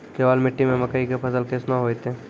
केवाल मिट्टी मे मकई के फ़सल कैसनौ होईतै?